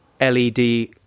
led